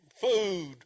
food